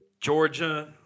Georgia